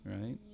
right